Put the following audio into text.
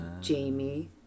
Jamie